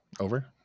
Over